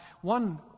one